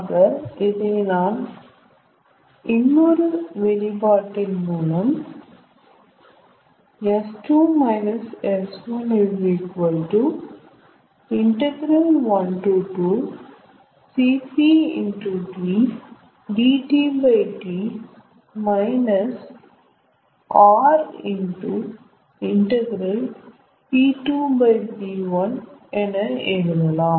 ஆக இதை நான் இன்னொரு வெளிப்பாட்டின் மூலம் 𝑆2 − 𝑆1 ∫12 Cp dTT R ln p2p1 என எழுதலாம்